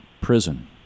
prison